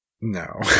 No